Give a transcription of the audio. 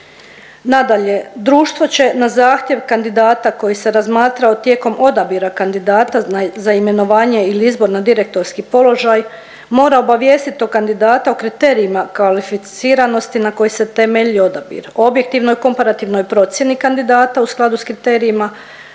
Nadalje, društvo će na zahtjev kandidata koji se razmatrao tijekom odabira kandidata za imenovanje ili izbor na direktorski položaj mora obavijestiti kandidata o kriterijima kvalificiranosti na koje se temelji odabir, objektivnoj i komparativnoj procjeni kandidata u skladu s kriterijima,